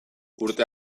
urte